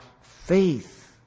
faith